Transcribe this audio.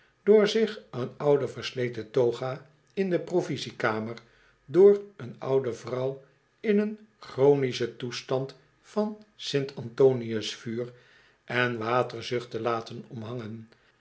door zich een oude versleten toga in de provisiekamer door een oude vrouw in een chronischen toestand van st antonius vuur en waterzucht te laten omhangen